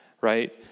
right